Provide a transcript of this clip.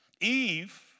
Eve